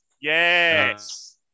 Yes